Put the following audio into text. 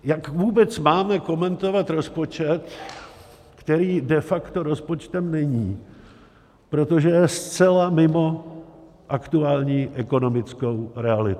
Jak vůbec máme komentovat rozpočet, který de facto rozpočtem není, protože je zcela mimo aktuální ekonomickou realitu?